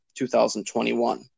2021